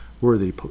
worthy